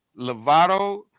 Lovato